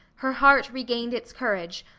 her heart regained its courage,